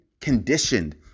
conditioned